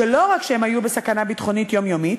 שלא רק שהם היו בסכנה ביטחונית יומיומית,